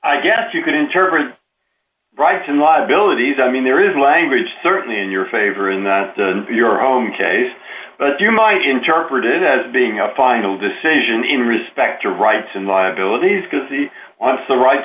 i guess you could interpret right in law abilities i mean there is language certainly in your favor in your home case but you might interpret it as being a final decision in respect to rights and liabilities because he wants the rights